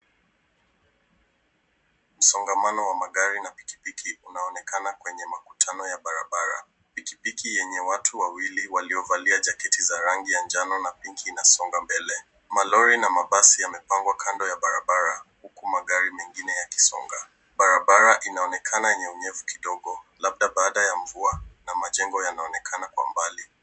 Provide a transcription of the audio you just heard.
Msongamano wa magari na pikipiki, unaonekana kwenye makutano ya barabara. Pikipiki yenye watu wawili waliovalia jaketi za rangi ya njano na pinki inasonga mbele. Malori na mabasi yamepangwa kando ya barabara, huku magari mengine yakisonga. Barabara inaonekana yenye unyevu kidogo labda baada ya mvua na majengo yanaonekana kwa mbali.